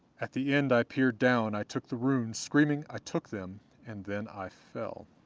at the end i peered down, i took the runes screaming, i took them and then i fell.